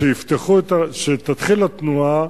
כשתתחיל התנועה,